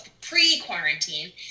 pre-quarantine